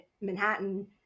Manhattan